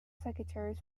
secretaries